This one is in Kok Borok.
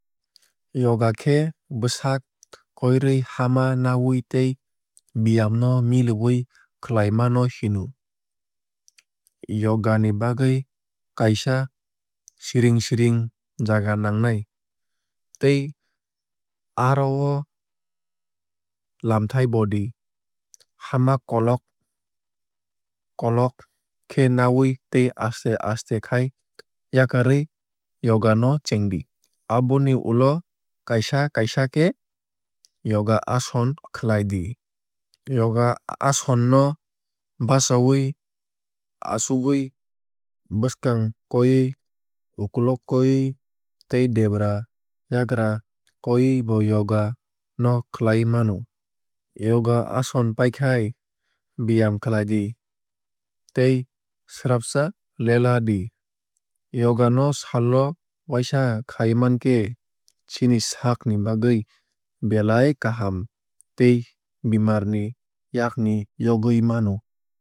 Yoga khe bwsak koirwui hama nawui tei beyam no miliwui khlaima no hino. Yoga ni bagwui kaisa siring siring jaga nangnai tei aro o lamthai bodi. Hama kolok kolog khe nawui tei aste aste khai yakarwui yoga no chengdi. Aboni ulo kaisa kaisa khe yoga ason khlai di. Yoga ason no bwchawui achugwui bwswkang kowui ukolog kowui tei debra yagra kowui bo yoga no khlai mano. Yoga ason paikhai beyam khlaidi tei swrapsa lela di. Yoga no sal o waisa khai mankhe chini saak ni bagwui belai kaham tei bemar ni yakni yogwui mano.